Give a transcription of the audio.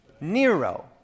Nero